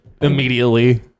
immediately